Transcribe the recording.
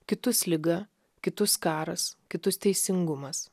kitus liga kitus karas kitus teisingumas